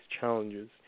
challenges